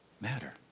matter